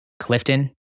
Clifton